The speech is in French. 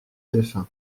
défunt